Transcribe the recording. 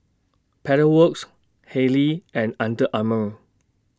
Pedal Works Haylee and Under Armour